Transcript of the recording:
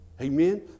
Amen